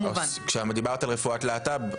כשאת מדברת על רפואת להט״ב,